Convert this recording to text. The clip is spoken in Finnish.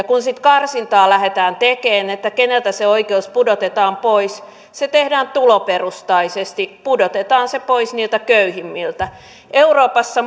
kun sitten karsintaa lähdetään tekemään keneltä se oikeus pudotetaan pois se tehdään tuloperustaisesti pudotetaan se pois niiltä köyhimmiltä euroopassa